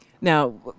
Now